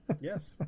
yes